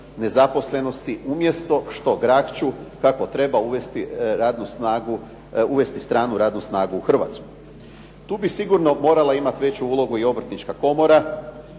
nezaposlenosti umjesto što grakću kako treba uvesti radnu snagu, uvesti stranu radnu snagu u Hrvatsku. Tu bi sigurno morala imati veću ulogu i Obrtnička komora.